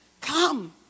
come